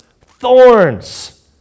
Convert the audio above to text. thorns